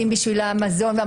אני אסכם.